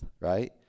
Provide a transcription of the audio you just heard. right